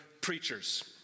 preachers